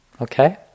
Okay